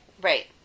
right